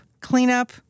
Cleanup